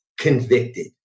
convicted